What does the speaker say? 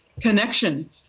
connection